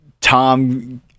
Tom